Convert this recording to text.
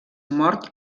mort